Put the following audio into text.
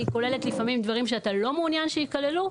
היא כוללת לפעמים דברים שאתה לא מעוניין שיכללו,